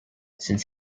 since